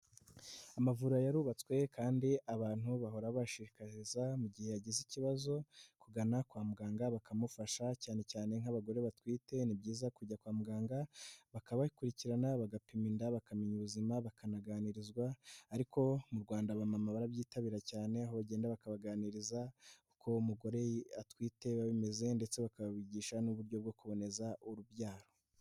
Amavuriro yarubatswe kandi abantu bahora babashishikariza mu gihe yagize ikibazo kugana kwa muganga bakamufasha cyane cyane nk'abagore batwite ni byiza kujya kwa muganga bakabakurikirana, bagapima inda, bakamenya ubuzima, bakanaganirizwa ariko mu Rwanda abamama barabyitabira cyane aho bagenda bakabaganiriza, uko umugore atwite biba bimeze ndetse bakabigisha n'uburyo bwo kuboneza urubyaro.